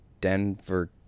Denver